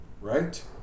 right